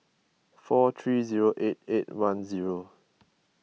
four three zero eight eight one zero